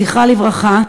זכרה לברכה,